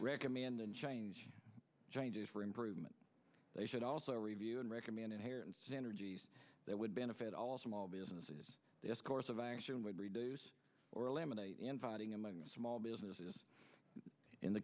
recommend and change changes for improvement they should also review and recommend inheritance energies that would benefit all small businesses this course of action would reduce or eliminate inviting among small businesses in the